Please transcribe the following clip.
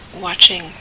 watching